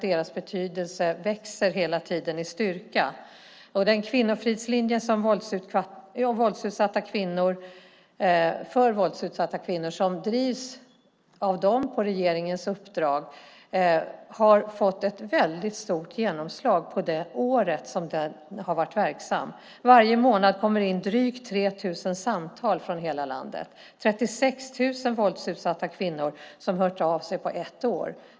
Deras betydelse växer hela tiden i styrka. Den kvinnofridslinje för våldsutsatta kvinnor som drivs av dem på regeringens uppdrag har fått ett stort genomslag under det år den har varit verksam. Varje månad kommer drygt 3 000 samtal in från hela landet. 36 000 våldsutsatta kvinnor har hört av sig under ett år.